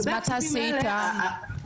אז מה תעשי איתם?